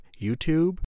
YouTube